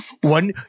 One